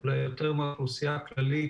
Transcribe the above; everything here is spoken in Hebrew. לנו מספר שבועות כדי